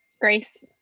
Grace